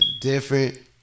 different